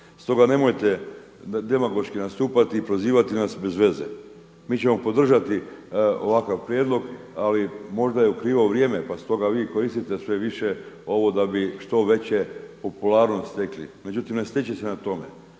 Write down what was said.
Stoga nemojte demagoški nastupati i prozivati nas bezveze. Mi ćemo podržati ovakav prijedloga, ali možda je u krivo vrijeme pa stoga vi koristite sve više ovo da bi što veće popularnost stekli. Međutim, ne stiče se na tome.